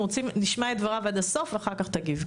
נשמע את דבריו עד הסוף ואחר כך תגיב.